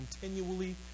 continually